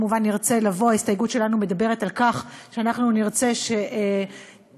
ההסתייגות שלנו מדברת על כך שאנחנו נרצה שיוכלו